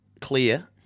clear